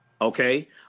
okay